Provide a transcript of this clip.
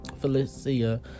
Felicia